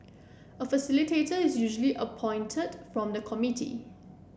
a facilitator is usually appointed from the committee